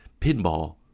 pinball